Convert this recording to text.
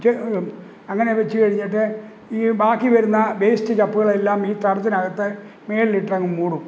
ച് അങ്ങനെ വെച്ച് കഴിഞ്ഞിട്ട് ഈ ബാക്കിവരുന്ന വേയ്സ്റ്റ് ചപ്പുകളെല്ലാം ഈ തടത്തിനകത്ത് മുകളിലിട്ടങ്ങ് മൂടും